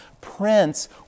Prince